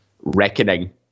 Reckoning